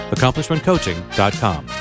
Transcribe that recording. AccomplishmentCoaching.com